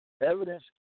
evidence